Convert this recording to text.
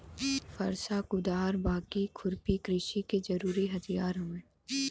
फरसा, कुदार, बाकी, खुरपी कृषि के जरुरी हथियार हउवे